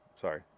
Sorry